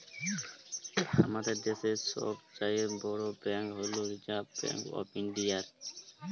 আমাদের দ্যাশের ছব চাঁয়ে বড় ব্যাংক হছে রিসার্ভ ব্যাংক অফ ইলডিয়া